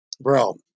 bro